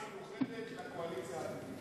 מחווה מיוחדת לקואליציה העתידית.